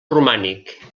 romànic